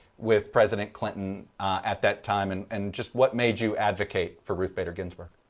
with president clinton at that time and and just what made you advocate for ruth bader ginsburg?